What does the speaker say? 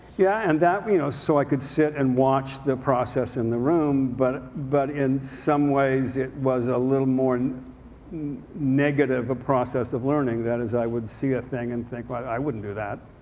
yeah and that, you know, so i could sit and watch the process in the room. but but in some ways, it was a little more negative a process of learning that as i would see a thing and think well i wouldn't do that.